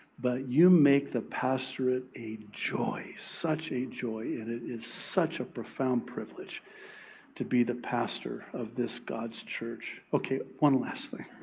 but you make the pastorate a joy. such a joy. and it is such a profound privilege to be the pastor of this god's church. okay, one last thing.